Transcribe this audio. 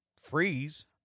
freeze